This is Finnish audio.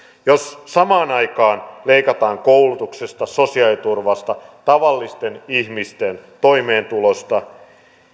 jos samaan aikaan leikataan koulutuksesta sosiaaliturvasta tavallisten ihmisten toimeentulosta